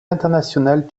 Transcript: international